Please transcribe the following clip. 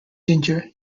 ginger